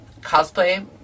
cosplay